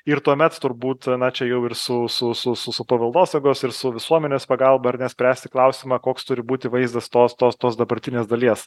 ir tuomet turbūt na čia jau ir su su su su su paveldosaugos ir su visuomenės pagalba ar ne spręsti klausimą koks turi būti vaizdas tos tos tos dabartinės dalies